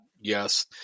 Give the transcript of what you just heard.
Yes